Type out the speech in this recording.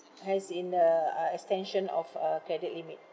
as in the uh extension of uh credit limit